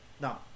now